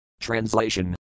Translation